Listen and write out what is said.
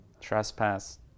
trespass